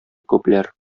күпләр